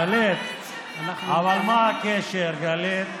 גלית, אבל מה הקשר, גלית?